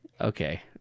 Okay